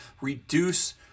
reduce